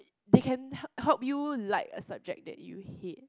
they can h~ help you like a subject that you hate